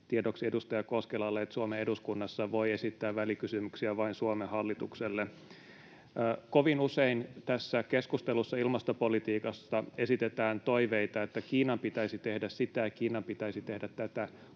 Tiedoksi edustaja Koskelalle, että Suomen eduskunnassa voi esittää välikysymyksiä vain Suomen hallitukselle. [Jari Koskela: Kiitos tiedosta!] Kovin usein tässä keskustelussa ilmastopolitiikasta esitetään toiveita, että Kiinan pitäisi tehdä sitä ja Kiinan pitäisi tehdä tätä. Koskaan,